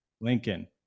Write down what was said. lincoln